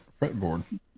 fretboard